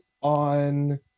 on